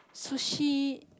Sushi